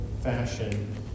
fashion